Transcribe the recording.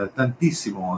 tantissimo